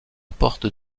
porte